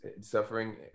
suffering